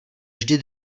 vždy